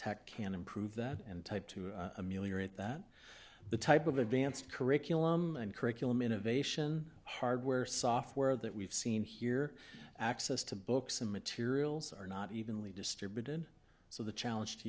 tech can improve that and type to ameliorate that the type of advanced curriculum and curriculum innovation hardware software that we've seen here access to books and materials are not evenly distributed so the challenge to